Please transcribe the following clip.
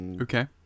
Okay